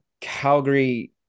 Calgary